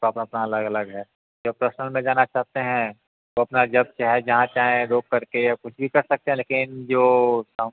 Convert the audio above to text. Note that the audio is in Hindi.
सबका अपना अलग अलग है जो प्रसनल में जाना चाहते हैं वह अपना जब चाहे जहाँ चाहें रोक करके या कुछ भी कर सकते है लेकिन जो सम